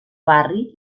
barri